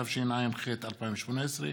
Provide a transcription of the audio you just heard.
התשע"ח 2018,